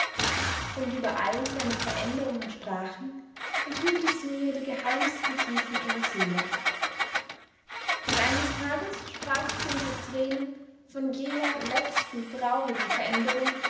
und über all seine veränderungen sprachen enthüllte sie mir die geheimsten tiefen ihrer seele und eines tages sprach sie unter tränen von jener letzten traurigen veränderung